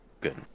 good